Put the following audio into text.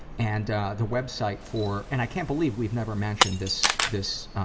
and the website for and i can't believe we've never mentioned this this